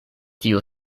tio